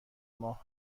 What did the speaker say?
ماه